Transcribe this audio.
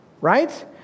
right